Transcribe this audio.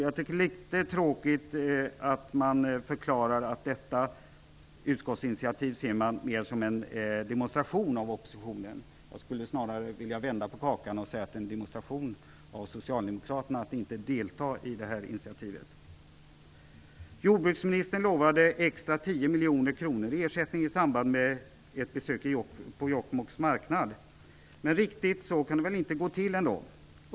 Jag tycker att det är litet tråkigt att man förklarar att man ser detta utskottsinitiativ mera som en demonstration av oppositionen. Jag skulle snarare vilja vända på kakan och säga att det var en demonstration av socialdemokraterna att inte delta i detta initiativ. Jordbruksministern lovade 10 miljoner kronor extra i ersättning i samband med ett besök på Jokkmokks marknad. Men riktigt så kan det väl ändå inte gå till.